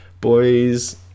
boys